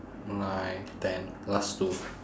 nine ten last two